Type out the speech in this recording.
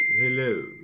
hello